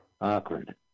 Awkward